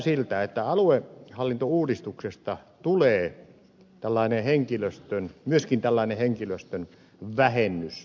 näyttää siltä että aluehallintouudistuksesta tulee myöskin tällainen henkilöstön vähennysohjelma